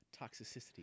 toxicity